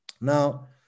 Now